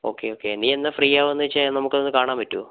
okay okay നീ എന്നാൽ ഫ്രീയാവാന്ന് വെച്ചാൽ നമുക്കൊന്ന് കാണാൻ പറ്റോ